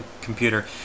computer